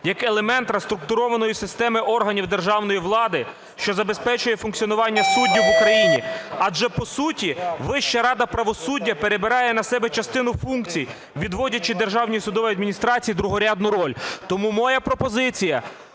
як елемент реструктурованої системи органів державної влади, що забезпечує функціонування суддів в Україні. Адже, по суті, Вища рада правосуддя перебирає на себе частину функцій, відводячи Державній судовій адміністрації другорядну роль. Тому моя пропозиція